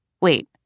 Wait